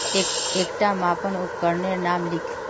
एकटा मापन उपकरनेर नाम लिख?